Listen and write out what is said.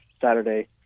Saturday